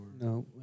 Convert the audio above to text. no